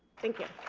thank you.